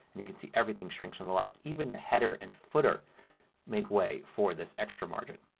and you can see everything shrinks on the left. even the header and footer make way for this extra margin.